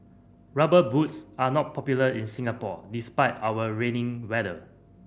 Rubber Boots are not popular in Singapore despite our rainy weather